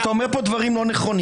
אתה אומר פה דברים לא נכונים,